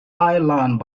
island